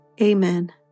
Amen